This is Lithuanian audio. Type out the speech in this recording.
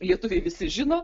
lietuviai visi žino